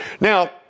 Now